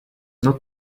not